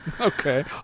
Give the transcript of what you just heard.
Okay